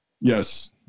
Yes